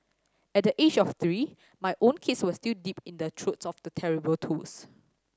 at the age of three my own kids were still deep in the throes of the terrible twos